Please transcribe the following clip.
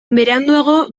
beranduago